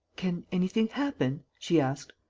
can anything happen? she asked.